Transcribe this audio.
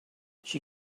she